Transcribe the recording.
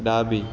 ડાબી